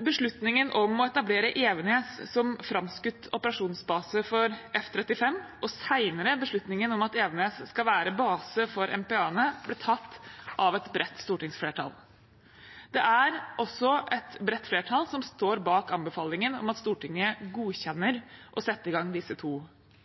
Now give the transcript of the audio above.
Beslutningen om å etablere Evenes som framskutt operasjonsbase for F-35 og den senere beslutningen om at Evenes skal være base for MPA-ene, ble tatt av et bredt stortingsflertall. Det er også et bredt flertall som står bak anbefalingen om at Stortinget godkjenner å sette i gang disse to